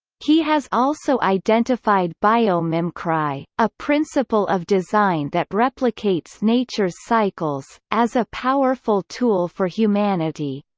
he has also identified biomimcry. a principle of design that replicates nature's cycles, as a powerful tool for humanity.